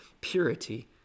purity